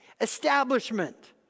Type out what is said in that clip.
establishment